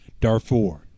Darfur